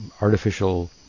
artificial